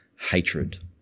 hatred